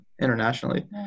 internationally